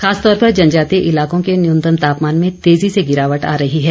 खासतौर पर जनजातीय इलाकों के न्यूनतम तापमान में तेज़ी से गिरावट आ रही है